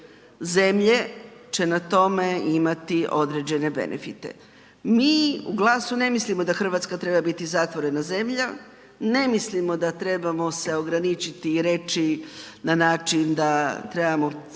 će na tome imati određene benefite. Mi u GLAS-u ne mislimo da Hrvatska treba biti zatvorena zemlja, ne mislimo da trebamo se ograničiti i reći na način da trebamo